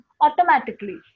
automatically